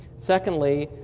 secondly,